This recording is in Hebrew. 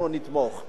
אסור להיות,